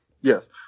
yes